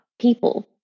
people